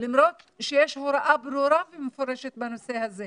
למרות שיש הוראה ברורה ומפורשת בנושא הזה.